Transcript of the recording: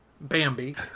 Bambi